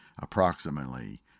approximately